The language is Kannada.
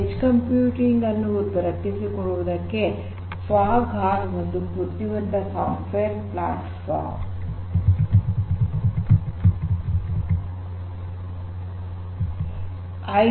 ಎಡ್ಜ್ ಕಂಪ್ಯೂಟಿಂಗ್ ಅನ್ನು ದೊರಕಿಸಿಕೊಡುವುದಕ್ಕೆ ಫಾಗ್ ಹಾರ್ನ್ ಒಂದು ಬುದ್ದಿವಂತ ಸಾಫ್ಟ್ವೇರ್ ಪ್ಲಾಟ್ ಫಾರಂ